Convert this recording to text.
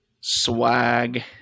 Swag